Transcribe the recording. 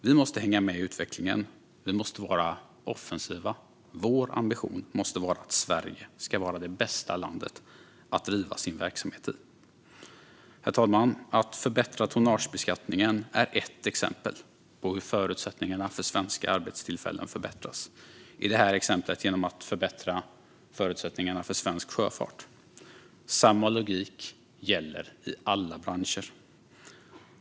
Vi måste hänga med i utvecklingen. Vi måste vara offensiva. Vår ambition måste vara att Sverige ska vara det bästa landet att driva sin verksamhet i. Herr talman! Förbättrad tonnagebeskattning är ett exempel på hur förutsättningarna för svenska arbetstillfällen förbättras, i det här exemplet genom att förbättra förutsättningarna för svensk sjöfart. Samma logik gäller i alla branscher.